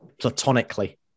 Platonically